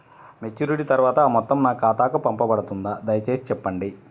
Maturity తర్వాత ఆ మొత్తం నా ఖాతాకు పంపబడుతుందా? దయచేసి చెప్పండి?